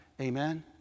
Amen